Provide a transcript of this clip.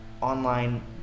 online